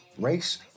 race